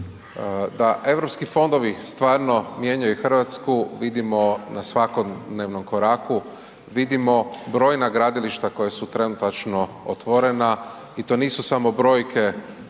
da Europski fondovi stvarno mijenjaju RH vidimo na svakodnevnom koraku, vidimo brojna gradilišta koja su trenutačno otvorena i to nisu samo brojke